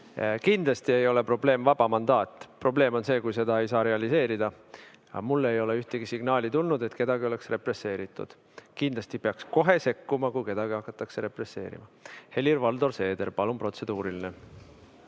Kindlasti ei ole vaba mandaat probleem. Probleem on see, kui seda ei saa realiseerida, aga mulle ei ole ühtegi signaali tulnud, et kedagi oleks represseeritud. Kindlasti peaks kohe sekkuma, kui kedagi hakatakse represseerima. Helir-Valdor Seeder, palun, protseduuriline